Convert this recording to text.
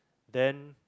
then